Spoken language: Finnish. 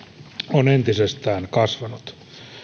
on entisestään kasvanut